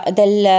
del